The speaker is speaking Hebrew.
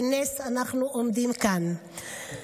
בנס אנחנו עומדים כאן.